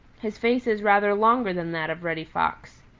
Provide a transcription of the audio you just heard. his face is rather longer than that of reddy fox.